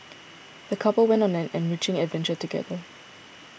the couple went on an enriching adventure together